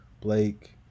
Blake